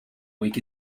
week